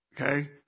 Okay